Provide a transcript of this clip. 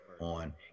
on